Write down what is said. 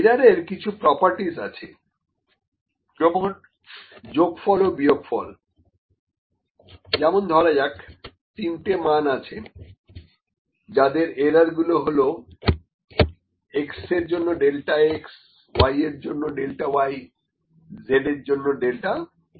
error এর কিছু properties আছে যেমন যোগফল ও বিয়োগফল যেমন ধরা যাক তিনটে মান আছে যাদের এরার গুলো হল x এর জন্য ডেল্টা x y এর জন্য ডেল্টা y z এর জন্য ডেল্টা z